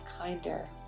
kinder